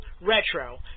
Retro